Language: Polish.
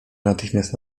natychmiast